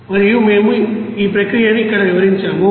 మరియు మేము ఆ ప్రక్రియను ఇక్కడ వివరించాము